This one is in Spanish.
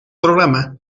programa